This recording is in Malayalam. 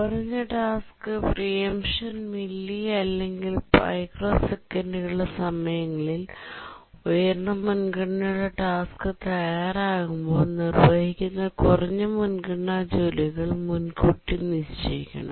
കുറഞ്ഞ ടാസ്ക് പ്രീഎമ്പ്ഷൻ മില്ലി അല്ലെങ്കിൽ മൈക്രോസെക്കൻഡുകളുടെ സമയങ്ങളിൽ ഉയർന്ന മുൻഗണനയുള്ള ടാസ്ക് തയ്യാറാകുമ്പോൾ നിർവ്വഹിക്കുന്ന കുറഞ്ഞ മുൻഗണനാ ജോലികൾ മുൻകൂട്ടി നിശ്ചയിക്കണം